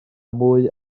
mwy